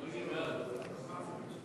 כהצעת הוועדה,